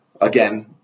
again